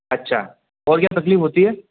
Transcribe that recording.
अच्छा और क्या तकलीफ होती है